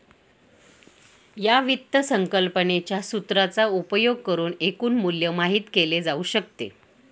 या वित्त संकल्पनेच्या सूत्राचा उपयोग करुन एकूण मूल्य माहित केले जाऊ शकते